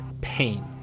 pain